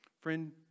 Friend